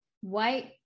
white